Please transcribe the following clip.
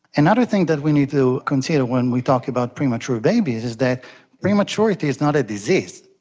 another thing that we need to consider when we talk about premature babies is that prematurity is not a disease,